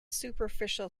superficial